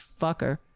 fucker